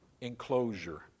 enclosure